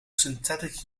syntactic